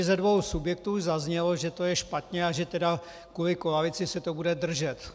Ze dvou subjektů tady zaznělo, že to je špatně, a že tedy kvůli koalici se to bude držet.